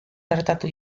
gertatu